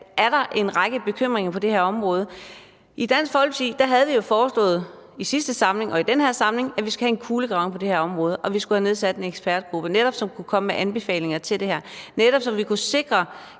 er der en række bekymringer på det her område. I Dansk Folkeparti har vi jo i sidste samling og i den her samling foreslået, at vi skal have en kulegravning af det her område, og at vi skulle have nedsat en ekspertgruppe, som kunne komme med anbefalinger til det her, så vi netop kunne sikre